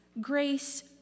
grace